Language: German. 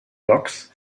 blogs